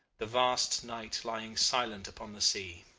the vast night lying silent upon the sea.